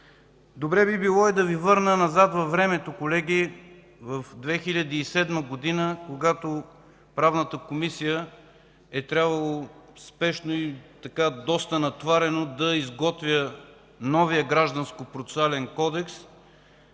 Добре би било да Ви върна назад във времето, колеги, в 2007 г., когато Правната комисия е трябвало спешно и доста натоварено да изготвя новия Граждански процесуален кодекс.